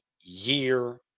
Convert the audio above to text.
year